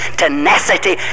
tenacity